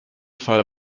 fall